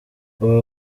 ubu